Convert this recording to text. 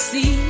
See